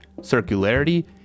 circularity